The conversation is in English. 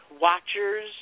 watchers